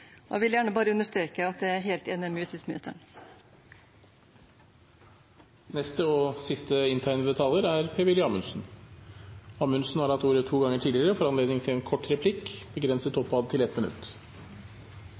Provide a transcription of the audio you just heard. Jeg vil gjerne bare understreke at jeg er helt enig med justisministeren. Representanten Per-Willy Amundsen har hatt ordet to ganger tidligere og får ordet til en kort merknad, begrenset